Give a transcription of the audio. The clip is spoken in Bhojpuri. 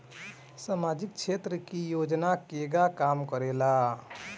सामाजिक क्षेत्र की योजनाएं केगा काम करेले?